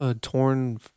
torn